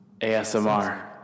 ASMR